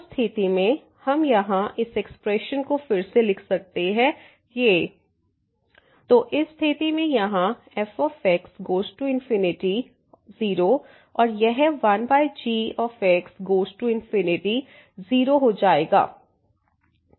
उस स्थिति में हम यहाँ इस एक्सप्रेशन को फिर से लिख सकते हैं fxgxfx1gx तो इस स्थिति में यहाँ f गोज़ टू 0 और यह 1g गोज़ टू 0 हो जाएगा